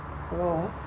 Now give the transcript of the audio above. hello